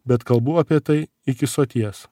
bet kalbų apie tai iki soties